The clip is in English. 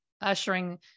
ushering